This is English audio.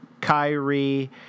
Kyrie